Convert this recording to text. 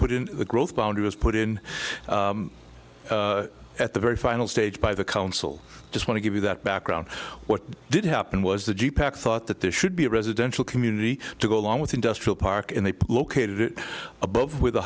in the growth boundary was put in at the very final stage by the council just want to give you that background what did happen was the thought that there should be a residential community to go along with industrial park and they located it above with